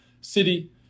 city